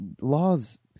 laws